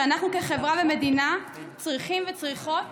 שאנחנו כחברה ומדינה צריכים וצריכות